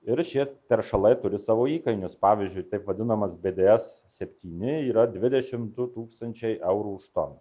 ir šie teršalai turi savo įkainius pavyzdžiui taip vadinamas bds septyni yra dvidešimt du tūkstančiai eurų už toną